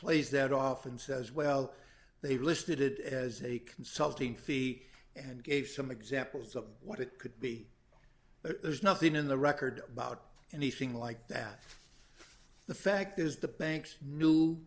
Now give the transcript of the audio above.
plays that off and says well they listed it as a consulting fee and gave some examples of what it could be but there's nothing in the record about anything like that the fact is the banks knew